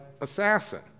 assassin